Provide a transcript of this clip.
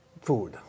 food